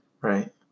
right